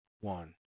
one